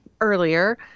earlier